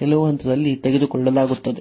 ಕೆಲವು ಹಂತದಲ್ಲಿ ತೆಗೆದುಕೊಳ್ಳಲಾಗುತ್ತದೆ